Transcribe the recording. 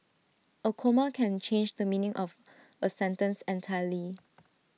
A comma can change the meaning of A sentence entirely